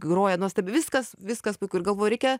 groja nuostabi viskas viskas puiku ir galvoju reikia